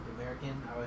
American